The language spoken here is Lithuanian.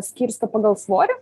skirsto pagal svorį